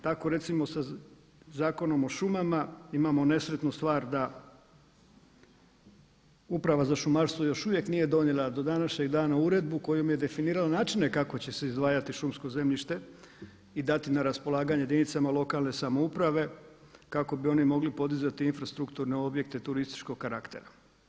Tako recimo sa Zakonom o šumama imamo nesretnu stvar da Uprava za šumarstvo još uvijek nije donijela do današnjeg dana uredbu kojom je definirala načine kako će se izdvajati šumsko zemljište i dati na raspolaganje jedinicama lokalne samouprave kako bi one mogle podizati infrastrukturne objekte turističkog karaktera.